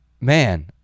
man